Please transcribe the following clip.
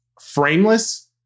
frameless